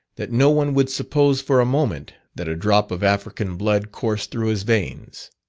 that no one would suppose for a moment that a drop of african blood coursed through his veins.